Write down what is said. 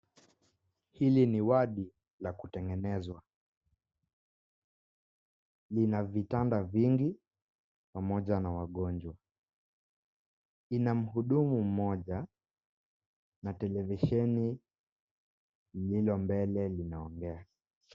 Hili ni wadi la kutengenezwa, lina vitanda vingi pamoja na wagonjwa, ina mhudumu mmoja na televisheni lililo mbele linaongea.